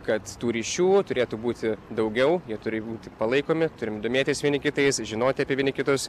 kad tų ryšių turėtų būti daugiau jie turi būti palaikomi turim domėtis vieni kitais žinoti apie vieni kitus